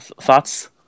thoughts